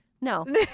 No